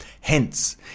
Hence